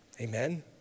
Amen